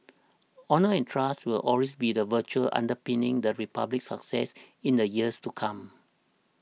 honour and trust will also be the virtues underpinning the Republic's success in the years to come